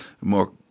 more